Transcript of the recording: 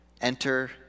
Enter